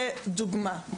לדוגמא.